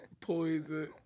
poison